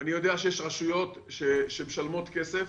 אני יודע שהיום יש רשויות שמשלמות כסף